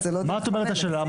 זו לא דרך המלך.